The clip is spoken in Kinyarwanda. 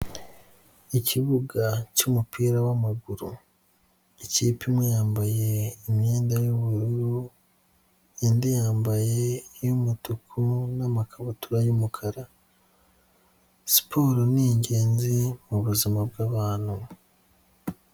Ikibuga cy'umupira w'amaguru, ikipe imwe yambaye imyenda y'ubururu indi yambaye iy'umutuku n'amakabutura y'umukara, siporo ningenzi yo mubuzima bwabantu.